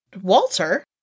Walter